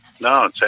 no